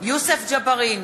יוסף ג'בארין,